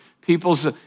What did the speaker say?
people's